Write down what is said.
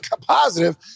positive